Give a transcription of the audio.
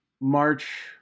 March